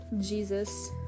Jesus